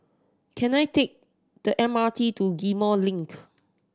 can I take the M R T to Ghim Moh Link